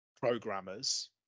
programmers